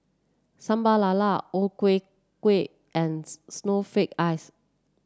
Sambal Lala O Ku Kueh and Snowflake Ice